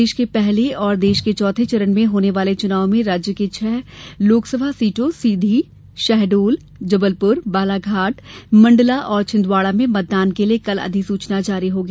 प्रदेश के पहले और देश के चौथे चरण में होने वाले चुनाव में राज्य की छह लोकसभा सीटों सीधी शहडोल जबलप्र बालाघाट मंडला और छिन्दवाड़ा में मतदान के लिए कल अधिसूचना जारी होगी